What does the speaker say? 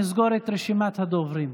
אנחנו כמובן נסגור את רשימת הדוברים.